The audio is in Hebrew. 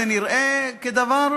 זה נראה כאילו,